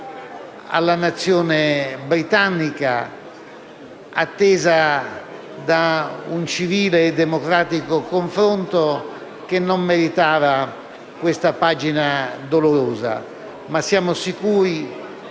alla nazione britannica, attesa da un civile e democratico confronto che non meritava questa pagina dolorosa. Siamo però